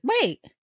Wait